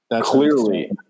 Clearly